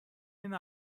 این